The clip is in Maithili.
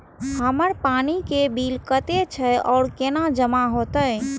हमर पानी के बिल कतेक छे और केना जमा होते?